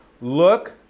look